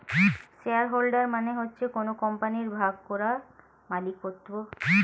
share holder মানে হচ্ছে কোন কোম্পানির ভাগ করা মালিকত্ব